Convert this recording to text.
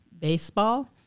baseball